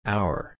Hour